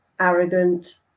arrogant